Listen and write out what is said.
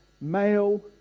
male